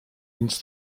nic